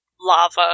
lava